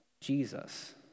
Jesus